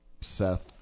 Seth